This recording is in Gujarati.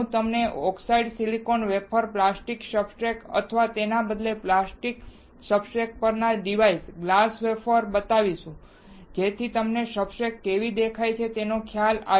હું તમને oxidised silicon wafer plastic substrate અથવા તેના બદલે પ્લાસ્ટિક સબસ્ટ્રેટ પરના ડિવાઇસ ગ્લાસ વેફર બતાવીશું જેથી તમને સબસ્ટ્રેટ કેવી દેખાય છે તેનો ખ્યાલ આવે